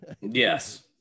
Yes